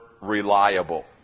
reliable